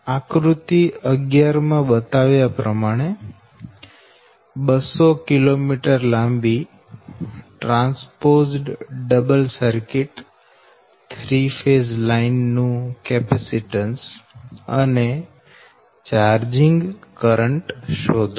આકૃતિ 11 માં બતાવ્યા પ્રમાણે એક 200 કિલોમીટર લાંબી transposed double circuit 3 phase line નું કેપેસીટન્સ અને ચાર્જિંગ કરંટ શોધો